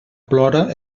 plora